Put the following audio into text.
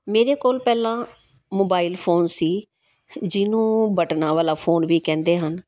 ਮੇਰੇ ਕੋਲ ਪਹਿਲਾਂ ਮੋਬਾਈਲ ਫੋਨ ਸੀ ਜਿਹਨੂੰ ਬਟਨਾ ਵਾਲਾ ਫੋਨ ਵੀ ਕਹਿੰਦੇ ਹਨ